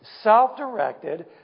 self-directed